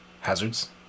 hazards